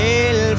el